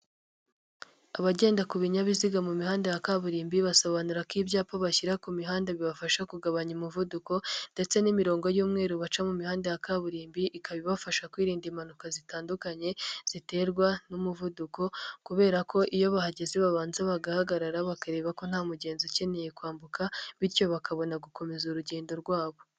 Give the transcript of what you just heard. Abagenda ku binyabiziga mu mihanda ya kaburimbo basobanura ko ibyapa bashyira ku mihanda bibafasha kugabanya umuvuduko ndetse n'imirongo y'umweru baca mu mihanda ya kaburimbo ikaba ibafasha kwirinda impanuka zitandukanye ziterwa n'umuvuduko kubera ko iyo bahageze babanza bagahagarara bakareba ko nta mugenzi ukeneye kwambuka bityo bakabona gukomeza urugendo rwabo.